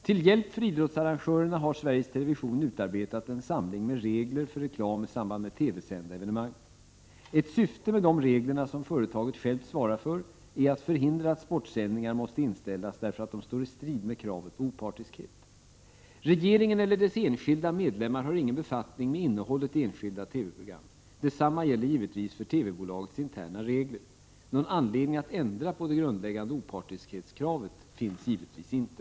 Till hjälp för idrottsarrangörerna har Sveriges Television utarbetat en samling med regler för reklam i samband med TV-sända evenemang. Ett syfte med dessa regler, som företaget självt svarar för, är att förhindra att sportsändningar måste inställas därför att de står i strid med kravet på opartiskhet. Regeringen eller dess enskilda medlemmar har ingen befattning med innehållet i enskilda TV-program. Detsamma gäller givetvis för TV-bolagets interna regler. Någon anledning att ändra på det grundläggande opartiskhetskravet finns givetvis inte.